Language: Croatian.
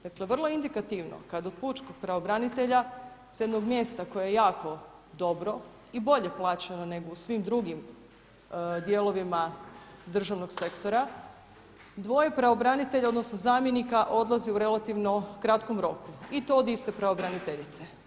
Dakle, vrlo je indikativno kada u pučkog pravobranitelja sa jednog mjesta koje je jako dobro i bolje plaćeno nego u svim drugim dijelovima državnog sektora, dvoje pravobranitelja odnosno zamjenika odlazi u relativno kratkom roku i to od iste pravobraniteljice.